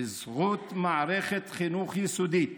בזכות מערכת חינוך יסודית